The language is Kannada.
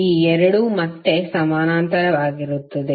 ಈ 2 ಮತ್ತೆ ಸಮಾನಾಂತರವಾಗಿರುತ್ತವೆ